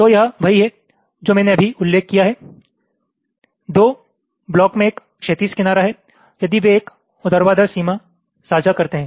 तो यह वही है जो मैंने अभी उल्लेख किया है 2 ब्लॉक में एक क्षैतिज किनारा है यदि वे एक ऊर्ध्वाधर सीमा साझा करते हैं